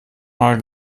mal